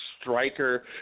striker